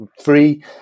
free